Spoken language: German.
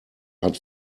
hat